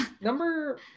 Number